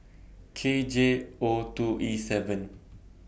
K J O two E seven